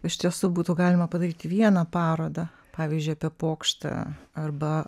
iš tiesų būtų galima padaryti vieną parodą pavyzdžiui apie pokštą arba